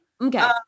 Okay